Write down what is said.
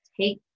take